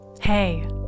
Hey